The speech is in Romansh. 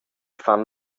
fan